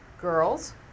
Girls